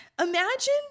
imagine